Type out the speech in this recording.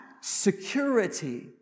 security